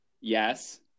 Yes